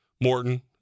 Morton